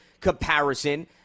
comparison